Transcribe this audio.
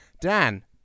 Dan